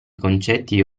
concetti